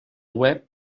web